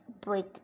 break